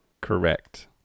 Correct